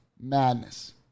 Madness